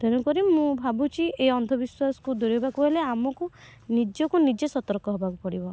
ତେଣୁ କରି ମୁଁ ଭାବୁଛି ଏ ଅନ୍ଧବିଶ୍ୱାସକୁ ଦୂରେଇବାକୁ ହେଲେ ଆମକୁ ନିଜକୁ ନିଜେ ସତର୍କ ହେବାକୁ ପଡ଼ିବ